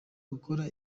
gukora